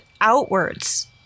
outwards